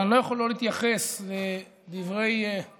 אבל אני לא יכול שלא להתייחס לדברי קודמי,